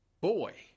Boy